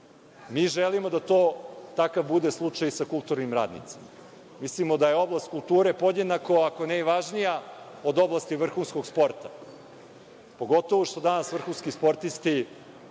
Želimo da takav slučaj bude i sa kulturnim radnicima. Mislimo da je oblast kulture podjednako, ako ne i važnija od oblasti vrhunskog sporta, pogotovo što danas vrhunski sportisti